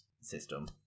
system